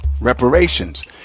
reparations